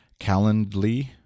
Calendly